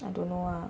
I don't know ah